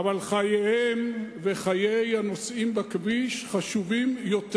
אבל חייהם וחיי הנוסעים בכביש חשובים יותר.